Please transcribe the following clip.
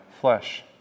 flesh